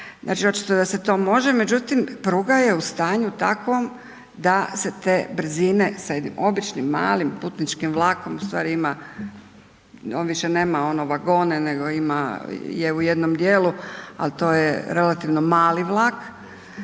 znači očito da se to može, međutim pruga je u stanju takvom da se te brzine sa jednim običnim malim putničkim vlakom ustvari on više nema ono vagone nego je u jednom dijelu, ali to je relativno mali vlak